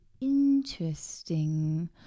Interesting